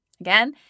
Again